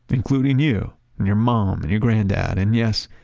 including you and your mom and your granddad and yes,